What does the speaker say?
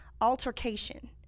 altercation